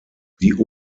die